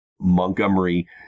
Montgomery